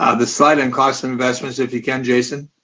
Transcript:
ah the slide on cost investments, if you can, jason?